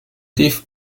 thief